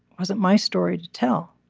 wasn't my story to tell